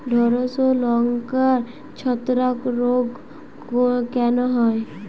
ঢ্যেড়স ও লঙ্কায় ছত্রাক রোগ কেন হয়?